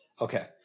okay